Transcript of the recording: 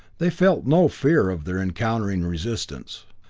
they felt no fear of their encountering resistance.